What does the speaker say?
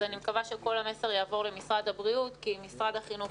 אני מקווה שכל המסר יעבור למשרד הבריאות כי משרד החינוך,